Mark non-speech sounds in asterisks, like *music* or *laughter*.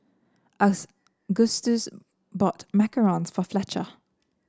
*unintelligible* bought macarons for Fletcher